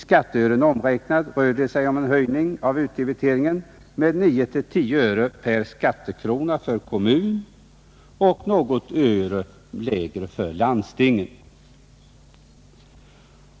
Detta medför en höjning av utdebiteringen med 9-10 öre per skattekrona för kommunen och något öre lägre för landstingen.